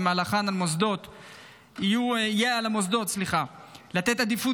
שבמהלכן יהיה על המוסדות לתת עדיפות